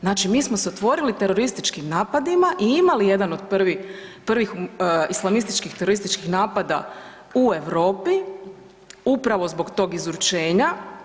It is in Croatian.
Znači mi smo se otvorili terorističkim napadima i imali jedan od prvi, prvih islamističkih terorističkih napada u Europi upravo zbog tog izručenja.